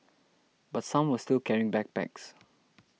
but some were still carrying backpacks